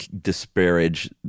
disparage